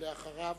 ואחריו,